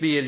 P L